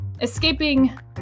escaping